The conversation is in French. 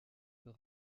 par